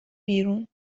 بیرون